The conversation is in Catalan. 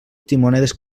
timonedes